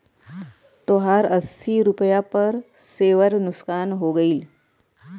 तोहार अस्सी रुपैया पर सेअर नुकसान हो गइल